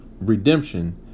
redemption